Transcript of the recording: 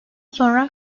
sonra